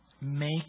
make